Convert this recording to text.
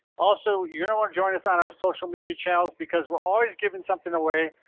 also, you're gonna wanna join us on our social media channels because we're always giving something away.